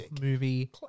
movie